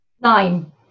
Nine